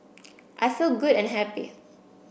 I feel good and happy